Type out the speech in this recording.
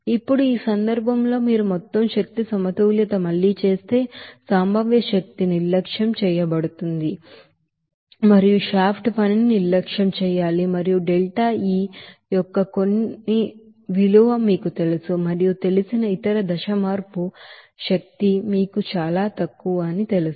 ఇప్పుడు ఈ సందర్భంలో మీరు మొత్తం ఎనర్జీ బాలన్స్ ను మళ్ళీ చేస్తే పొటెన్షియల్ ఎనెర్జి నిర్లక్ష్యం చేయబడుతుంది మరియు షాఫ్ట్ పనిని నిర్లక్ష్యం చేయాలి మరియు delta E యొక్క కొన్ని మీకు తెలుసు మీకు తెలిసిన ఇతర ఫేజ్ చేంజ్ ఎనెర్జి మీకు చాలా తక్కువ అని తెలుసు